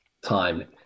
time